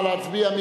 נא להצביע.